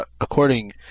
according